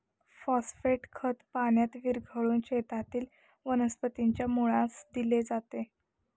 phosphate खत पाण्यात विरघळवून शेतातील वनस्पतीच्या मुळास दिले जाते